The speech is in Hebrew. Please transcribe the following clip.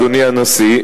אדוני הנשיא,